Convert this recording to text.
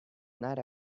night